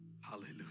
Hallelujah